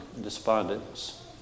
despondence